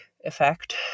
effect